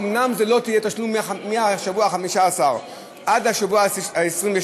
אומנם לא יהיה תשלום מהשבוע ה-15 עד השבוע ה-26,